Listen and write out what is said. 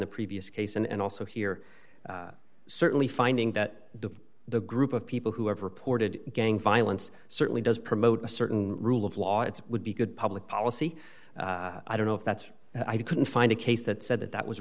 the previous case and also here certainly finding that the group of people who have reported gang violence certainly does promote a certain rule of law it would be good public policy i don't know if that's i couldn't find a case that said that that was